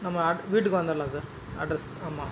நம்ம வீட்டுக்கு வந்துடுலாம் சார் அட்ரஸுக்கு ஆமா